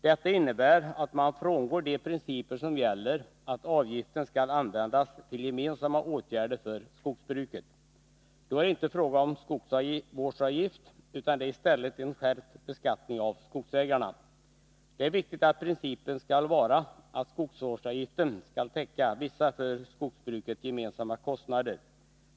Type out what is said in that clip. Detta innebär att man frångår gällande princip att avgiften skall användas till gemensamma åtgärder för skogsbruket. Då blir det inte fråga om skogsvårdsavgift, utan i stället om en skärpt beskattning av skogsägarna. Det är viktigt att principen skall vara att skogsvårdsavgiften skall täcka vissa för skogsbruket gemensamma kostnader.